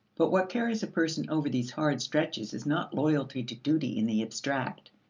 but what carries a person over these hard stretches is not loyalty to duty in the abstract,